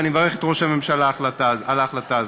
ואני מברך את ראש הממשלה על ההחלטה הזאת.